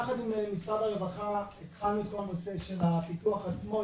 יחד עם משרד הרווחה התחלנו את כל הנושא של הפיתוח עצמו,